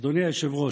אדוני היושב-ראש,